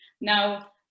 Now